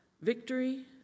victory